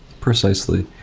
precisely.